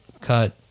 cut